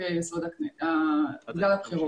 בגלל הבחירות.